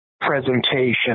presentation